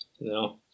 no